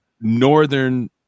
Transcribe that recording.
northern